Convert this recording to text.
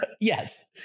yes